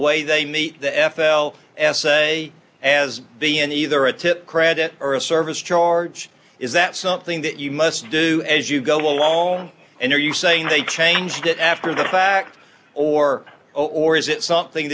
way they meet the f l s a as the in either a tip credit or a service charge is that something that you must do as you go along and are you saying they changed it after the fact or or is it something